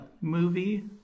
movie